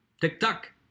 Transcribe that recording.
Tick-tock